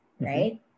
right